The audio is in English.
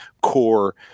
core